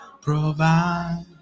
Provide